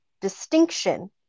distinction